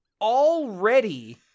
already